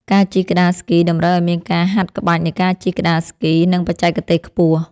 ការជិះក្ដារស្គី តម្រូវឲ្យមានការហាត់ក្បាច់នៃការជិះក្ដារស្គី និងបច្ចេកទេសខ្ពស់។